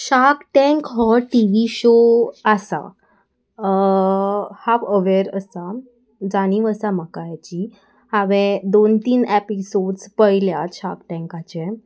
shark Tank हो T V show आसा हांव अवेर आसा जाणीव आसा म्हाका हेची हांवें दोन तीन एपिसोड्स पयल्यात शार्क टँकाचे